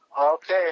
Okay